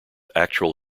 actual